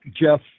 Jeff